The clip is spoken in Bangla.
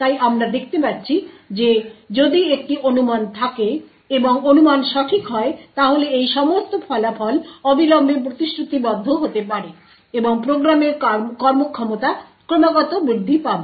তাই আমরা দেখতে পাচ্ছি যে যদি একটি অনুমান থাকে এবং অনুমান সঠিক হয় তাহলে এই সমস্ত ফলাফল অবিলম্বে প্রতিশ্রুতিবদ্ধ হতে পারে এবং প্রোগ্রামের কর্মক্ষমতা ক্রমাগত বৃদ্ধি পাবে